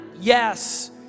Yes